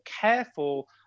careful